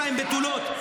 עם 72 בתולות,